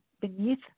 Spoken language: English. beneath